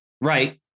right